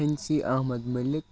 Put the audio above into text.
fancy Ahmad Malik